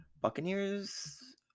Buccaneers